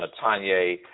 Tanya